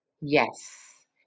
Yes